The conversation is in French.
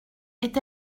est